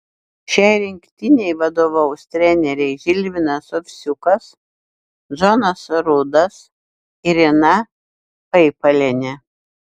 šiai rinktinei vadovaus treneriai žilvinas ovsiukas džonas rudas ir ina paipalienė